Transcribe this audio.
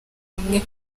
hamwe